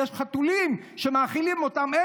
יש חתולים שמאכילים אותם.